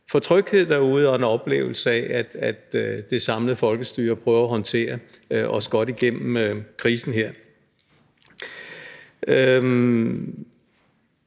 for tryghed derude og en oplevelse af, at det samlede folkestyre prøver at håndtere det og få os godt igennem krisen her.